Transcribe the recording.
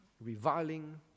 reviling